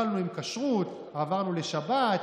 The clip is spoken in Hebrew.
התחלנו עם כשרות, עברנו לשבת,